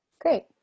great